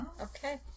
Okay